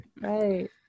right